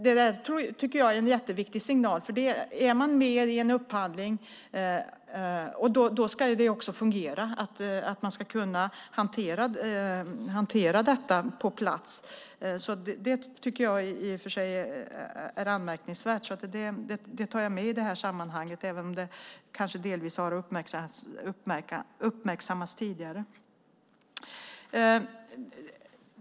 Det tycker jag är en jätteviktig signal. Om man är med i en upphandling ska detta fungera; man ska kunna hantera det på plats. Det tycker jag i och för sig är anmärkningsvärt. Jag tar med det i sammanhanget även om det kanske delvis har uppmärksammats tidigare.